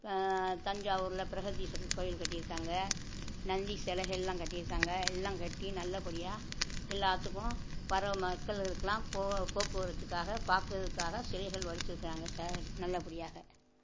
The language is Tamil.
தஞ்சாவூர்ல பிரகதீஸ்வரர் கோயில் கட்டியிருக்காங்க நந்தி சிலைகள்லாம் கட்டியிருக்காங்க எல்லாம் கட்டி நல்லபடியாக எல்லாத்துக்கும் வர்ற மக்கள்களுக்கெலாம் போக போக்குவரத்துக்காக பார்க்குறதுக்காக சிலைகள் வடிச்சிருக்காங்கள் சார் நல்லபடியாக